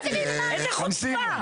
איזה חוצפה.